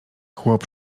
chłop